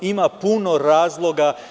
Ima puno razloga.